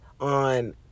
on